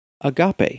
Agape